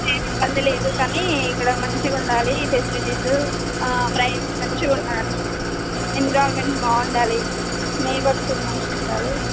ఏమి ఇబ్బంది లేదు కానీ ఇక్కడ మంచిగా ఉండాలి ఫెసిలిటీస్ ఫ్రైస్ మంచిగా ఉండాలి ఎన్విరాల్మెంట్ బాగా ఉండాలి నైబర్స్ మంచిగా ఉండాలి